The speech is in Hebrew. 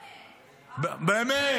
נו, באמת.